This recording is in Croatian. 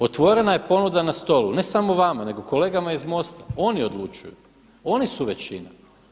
Otvorena je ponuda na stolu ne samo vama nego kolegama iz MOST-a oni odlučuju, oni su većina.